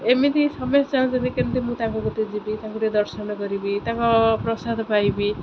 ଏମିତି ସମୟ ଚାହୁଁଛନ୍ତି କେମିତି ମୁଁ ତାଙ୍କ ଗୋଟିଏ ଯିବି ତାଙ୍କୁ ଦର୍ଶନ କରିବି ତାଙ୍କ ପ୍ରସାଦ ପାଇବି